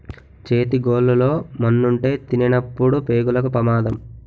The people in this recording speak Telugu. చేతి గోళ్లు లో మన్నుంటే తినినప్పుడు పేగులకు పెమాదం